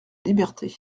liberté